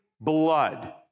blood